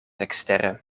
ekstere